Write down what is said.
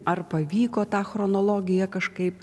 ar pavyko tą chronologiją kažkaip